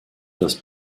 das